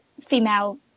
female